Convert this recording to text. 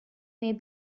may